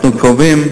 אנחנו קרובים